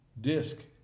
disc